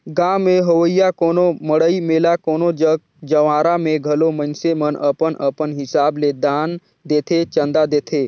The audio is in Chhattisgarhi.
गाँव में होवइया कोनो मड़ई मेला कोनो जग जंवारा में घलो मइनसे मन अपन अपन हिसाब ले दान देथे, चंदा देथे